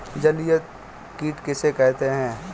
जलीय कीट किसे कहते हैं?